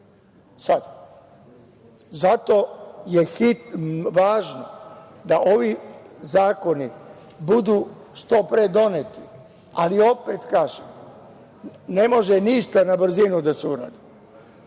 sada. Zato je važno da ovi zakoni budu što pre doneti, ali opet kažem, ne može ništa na brzinu da se uradi. Ja